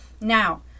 now